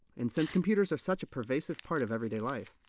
and since computers are such a pervasive part of everyday life,